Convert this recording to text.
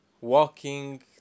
walking